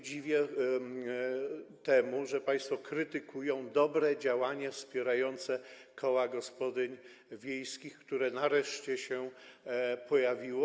Dziwię się, że państwo krytykują dobre działanie wspierające koła gospodyń wiejskich, które nareszcie się pojawiło.